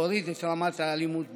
להוריד את רמת האלימות בשטח.